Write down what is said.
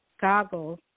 goggles